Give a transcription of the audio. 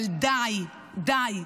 אבל די, די,